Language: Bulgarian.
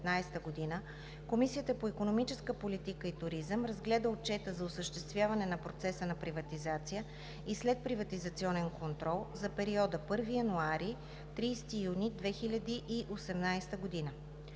Комисията по икономическа политика и туризъм разгледа Отчета за осъществяване на процеса на приватизация и следприватизационен контрол за периода 1 януари – 30 юни 2018 г.